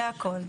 זה הכל.